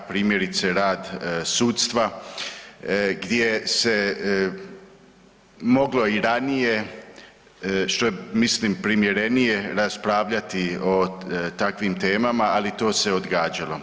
Primjerice rad sudstva, gdje se moglo i ranije što je mislim primjerenije raspravljati o takvim temama, ali to se odgađalo.